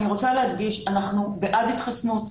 אני רוצה להדגיש שאנחנו בעד התחסנות,